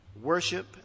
Worship